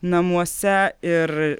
namuose ir